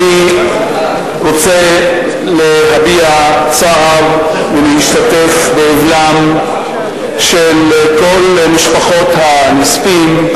אני רוצה להביע צער ולהשתתף באבלן של כל משפחות הנספים.